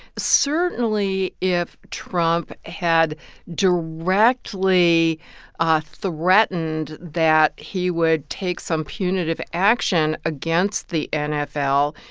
certainly, if trump had directly ah threatened that he would take some punitive action against the nfl,